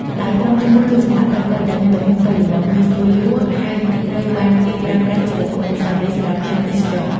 ដោយក្រុមទីមួយគឺចម្លាក់តូចៗ ដែលមានទំហំតូចល្មម ងាយស្រួលយួរ ហើយត្រូវបានគេប្រើប្រាស់ជាវត្ថុអនុស្សាវរីយ៍ សម្រាប់ភ្ញៀវទេសចរណ៍។